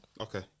Okay